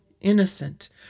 innocent